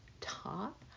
top